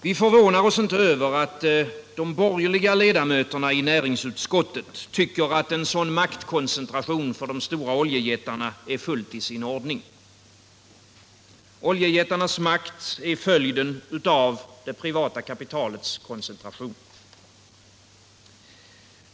Vi förvånar oss inte över att de borgerliga ledamöterna i näringsutskottet tycker att en sådan maktkoncentration för de stora oljejättarna är fullt i sin ordning. Oljejättarnas makt är följden av det privata kapitalets koncentration.